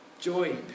joy